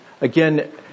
again